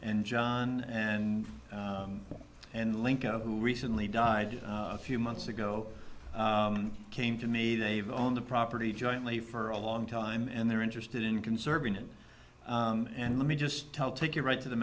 and john and and link of who recently died a few months ago came to me they've owned the property jointly for a long time and they're interested in conserving it and let me just tell take you right to the